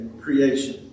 creation